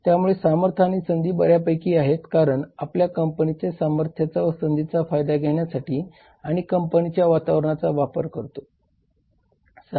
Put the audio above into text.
त्यामुळे सामर्थ्य आणि संधी बऱ्यापैकी आहेत कारण आपण कंपनीच्या सामर्थ्याचा व संधीचा फायदा घेण्यासाठी आणि कंपनीच्या वातावरनाचा वापर करतोत